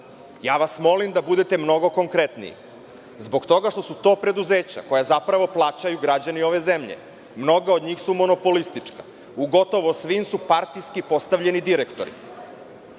Ja vas molim da budete mnogo konkretniji, zbog toga što su to preduzeća koja zapravo plaćaju građani ove zemlje. Mnoga od njih su monopolistička. U gotovo svim su partijski postavljeni direktori.